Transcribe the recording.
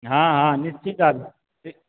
हँ हँ निश्चित आबु